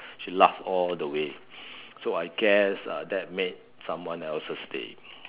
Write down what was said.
she laugh all the way so I guess uh that made someone else's day